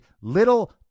little